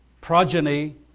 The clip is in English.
progeny